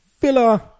Villa